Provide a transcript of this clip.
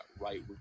right